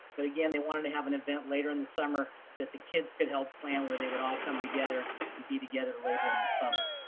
but again they wanted to have an event later in the summer that the kids could help plan where they would all come together and be together later in the summer.